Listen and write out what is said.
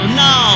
no